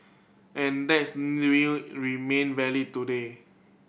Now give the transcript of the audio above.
and that's remain valid today